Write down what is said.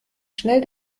schnell